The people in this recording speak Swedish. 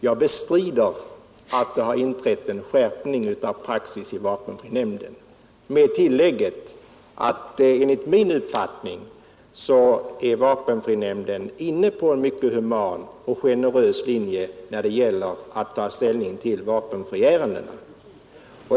Jag bestrider att det har inträtt en skärpning av praxis i vapenfrinämnden. Enligt min uppfattning är vapenfrinämnden inne på en mycket human och generös linje när det gäller att ta ställning till vapenfriärendena.